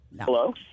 Hello